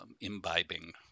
imbibing